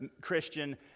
Christian